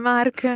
Mark